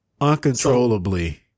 uncontrollably